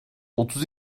otuz